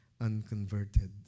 unconverted